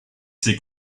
ses